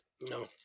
No